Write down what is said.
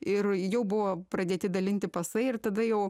ir jau buvo pradėti dalinti pasai ir tada jau